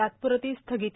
तात्पुरती स्थागिती